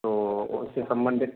तो उससे संबंधित